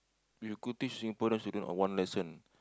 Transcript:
if you could teach Singaporean also on one lesson